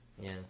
Yes